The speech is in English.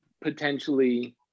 potentially